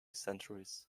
centuries